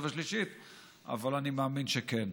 אבל אני מאמין שכן.